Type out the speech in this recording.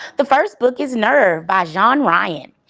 the first book is nerve by jeanne ryan.